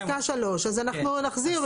את פסקה 3. אז אנחנו נחזיר,